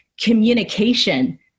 communication